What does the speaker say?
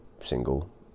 single